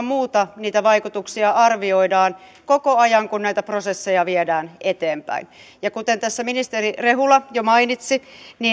muuta niitä vaikutuksia arvioidaan koko ajan kun näitä prosesseja viedään eteenpäin ja kuten tässä ministeri rehula jo mainitsi